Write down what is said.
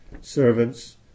servants